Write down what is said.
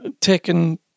taken